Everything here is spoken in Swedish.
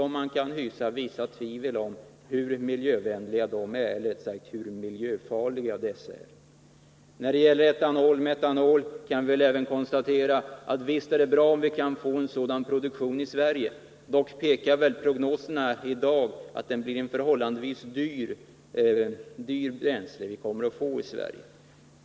Man kan hysa en viss tveksamhet om hur miljövänliga — eller rättare sagt hur miljöfarliga — dessa är. När det gäller produktionen av etanol-metanol kan vi även konstatera att det naturligtvis är bra om vi kan få en sådan produktion i Sverige. I dag pekar dock prognoserna på att det blir ett förhållandevis dyrt bränsle.